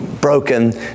broken